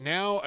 Now